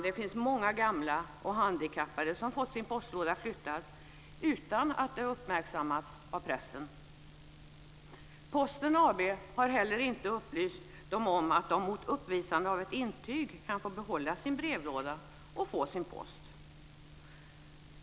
Det finns många gamla och handikappade som fått sin postlåda flyttad utan att det uppmärksammats av pressen. Posten AB har heller inte upplyst dem om att de mot uppvisande av ett intyg kan få behålla sin brevlåda och få sin post.